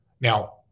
Now